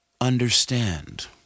understand